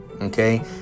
Okay